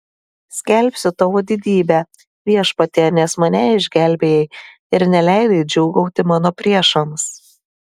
skelbsiu tavo didybę viešpatie nes mane išgelbėjai ir neleidai džiūgauti mano priešams